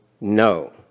no